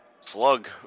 slug